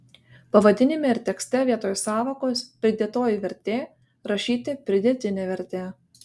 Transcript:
pavadinime ir tekste vietoj sąvokos pridėtoji vertė rašyti pridėtinė vertė